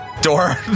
Door